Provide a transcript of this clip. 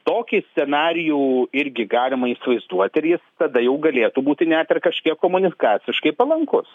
tokį scenarijų irgi galima įsivaizduot ir jis tada jau galėtų būti net ir kažkiek komuniciškai palankus